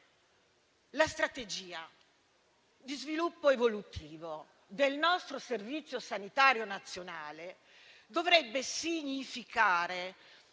La strategia di sviluppo evolutivo del nostro Servizio sanitario nazionale dovrebbe significare